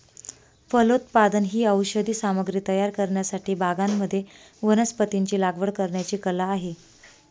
फलोत्पादन ही औषधी सामग्री तयार करण्यासाठी बागांमध्ये वनस्पतींची लागवड करण्याची कला आहे